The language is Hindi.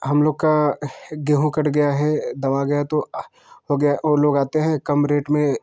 हम लोग का गेहूँ कट गया है दबा गया है तो वह लोग आते हैं कम रेट में